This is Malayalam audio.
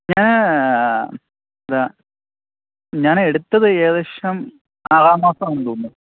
ഞാന് ഇതാ ഞാൻ എടുത്തത് ഏകദേശം ആറാം മാസമാണെന്നു തോന്നുന്നു